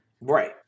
Right